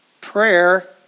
prayer